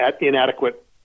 inadequate